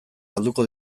galduko